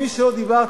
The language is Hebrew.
עם מי שלא דיברתי,